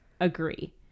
agree